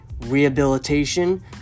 rehabilitation